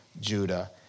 Judah